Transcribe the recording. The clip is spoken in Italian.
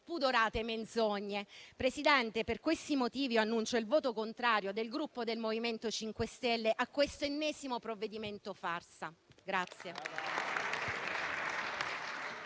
spudorate menzogne. Signora Presidente, per questi motivi annuncio il voto contrario del Gruppo MoVimento 5 Stelle a questo ennesimo provvedimento farsa.